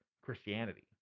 Christianity